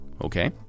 Okay